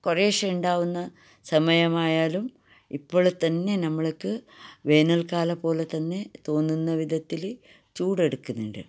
കുറേശ്ശെ ഉണ്ടാവുന്ന സമയമായാലും ഇപ്പള് തന്നെ നമ്മള്ക്ക് വേനൽക്കാല പോലെ തന്നെ തോന്നുന്ന വിധത്തില് ചൂടെടുക്കുന്നുണ്ട്